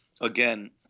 again